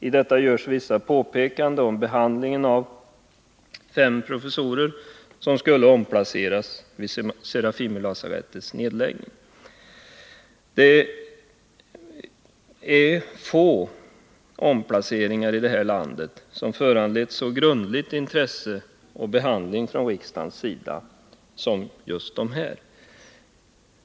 I detta görs vissa påpekanden om behandlingen av fem professorer som skulle omplaceras vid Serafimerlasarettets nedläggning. Det är få omplaceringar i det här landet som föranlett ett så stort intresse och en så grundlig behandling från: riksdagens sida som just de här.